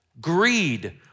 greed